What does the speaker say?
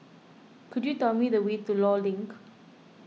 could you tell me the way to Law Link